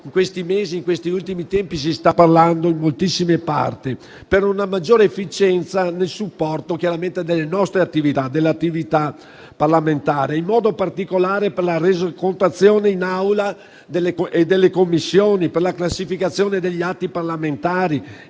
di cui in questi ultimi tempi si sta parlando in moltissimi settori, per una maggiore efficienza nel supporto delle nostre attività parlamentari e, in modo particolare, per la resocontazione in Assemblea e nelle Commissioni, per la classificazione degli atti parlamentari